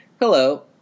Hello